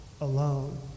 alone